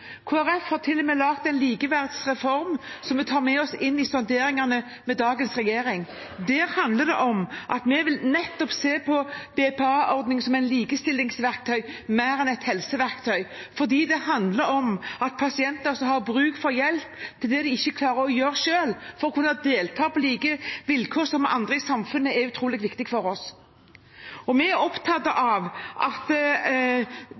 har til og med laget en likeverdreform som vi tar med oss inn i sonderingene med dagens regjering. Det handler om at vi vil se på BPA-ordningen mer som et likestillingsverktøy enn et helseverktøy, fordi det handler om at pasienter som har bruk for hjelp til det de ikke klarer å gjøre selv for å kunne delta på like vilkår som andre i samfunnet, er utrolig viktig for oss. Vi er opptatt av at